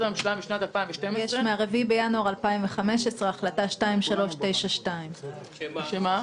הממשלה משנת 2012 --- יש מה-4 בינואר 2015 החלטה מס' 2392. שמה?